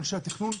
אנשי התכנון,